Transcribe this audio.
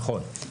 נכון.